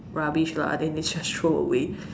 rubbish lah then they just throw away